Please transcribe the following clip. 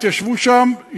התיישבו שם,